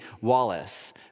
Wallace